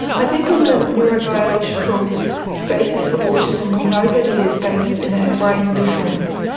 i think on the neurobiological basis for autism we know that it is based in a brain difference,